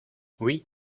oui